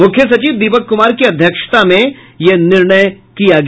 मुख्य सचिव दीपक कुमार की अध्यक्षता में यह निर्णय किया गया